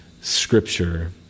Scripture